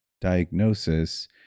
diagnosis